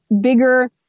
bigger